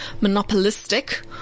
monopolistic